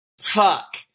Fuck